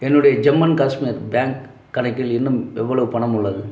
என்னுடைய Jammu and Kashmir bank கணக்கில் இன்னும் எவ்வளவு பணம் உள்ளது